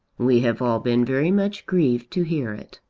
we have all been very much grieved to hear it.